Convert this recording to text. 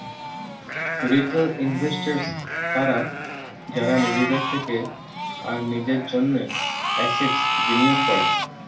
retail investors তারা যারা নিজের থেকে আর নিজের জন্য এসেটস বিনিয়োগ করে